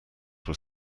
were